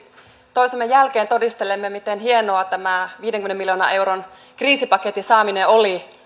toisemme jälkeen todistelemme miten hienoa tämä viidenkymmenen miljoonan euron kriisipaketin saaminen oli